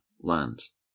lands